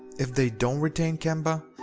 if they don't retain kemba,